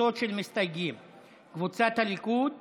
את ההסתייגויות